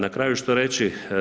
Na kraju što reći?